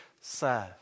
serve